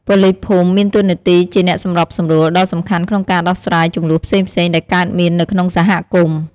ប៉ូលីសភូមិមានតួនាទីជា អ្នកសម្របសម្រួល ដ៏សំខាន់ក្នុងការដោះស្រាយជម្លោះផ្សេងៗដែលកើតមាននៅក្នុងសហគមន៍។